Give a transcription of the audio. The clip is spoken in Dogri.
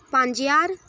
पंज ज्हार